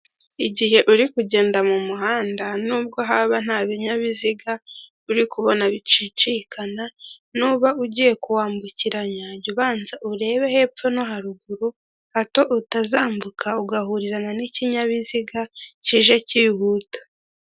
Igihe uri kugenda mu muhanda n'ubwo haba nta binyabiziga uri kubona bicicikana, n'uba ugiye kuwambukiranya jya ubanza urebe hepfo no haruguru hato utazambuka ugahurirana n'ikinyabiziga kije kihuta.